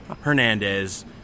Hernandez